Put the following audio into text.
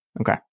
Okay